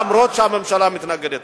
אף-על-פי שהממשלה מתנגדת.